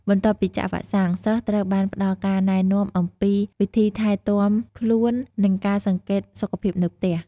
បន្ទាប់ពីចាក់វ៉ាក់សាំង សិស្សត្រូវបានផ្តល់ការណែនាំអំពីវិធីថែទាំខ្លួន និងការសង្កេតសុខភាពនៅផ្ទះ។